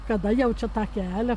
kada jau čia tą kelią